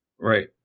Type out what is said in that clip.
right